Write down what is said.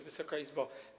Wysoka Izbo!